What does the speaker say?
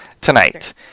tonight